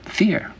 fear